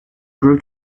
grew